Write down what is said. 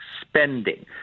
spending